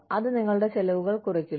അത് നിങ്ങളുടെ ചെലവുകൾ കുറയ്ക്കുന്നു